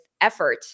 effort